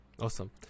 Awesome